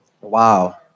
Wow